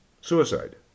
suicide